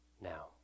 now